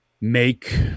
make